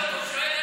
הוא שואל,